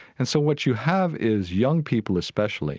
and so what you have is young people especially